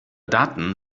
daten